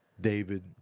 David